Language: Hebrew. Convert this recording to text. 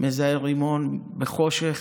מזהה רימון בחושך,